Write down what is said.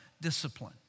Discipline